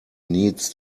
needs